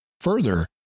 Further